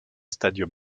stadium